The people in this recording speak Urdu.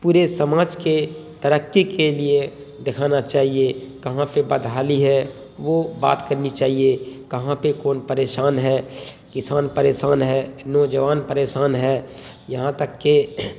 پورے سماج کے ترقی کے لیے دکھانا چاہیے کہاں پہ بدحالی ہے وہ بات کرنی چاہیے کہاں پہ کون پریشان ہے کسان پریشان ہے نوجوان پریشان ہے یہاں تک کہ